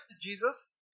Jesus